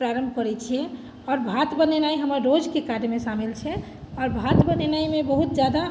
प्रारम्भ करैत छियै आओर भात बनेनाइ हमर रोजके कार्यमे शामिल छै आओर भात बनेनाइमे बहुत ज्यादा